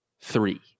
three